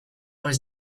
was